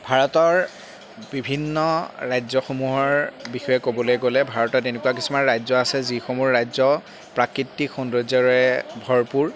ভাৰতৰ বিভিন্ন ৰাজ্যসমূহৰ বিষয়ে ক'বলৈ গ'লে ভাৰতত এনেকুৱা কিছুমান ৰাজ্য আছে যিসমূহ ৰাজ্য প্ৰাকৃতিক সৌন্দৰ্যৰে ভৰপূৰ